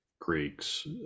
Greeks